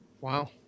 Wow